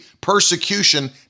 persecution